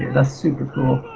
that's super-cool.